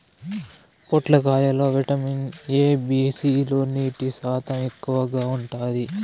పొట్లకాయ లో vitamin A, B, C లు, నీటి శాతం ఎక్కువగా ఉంటాది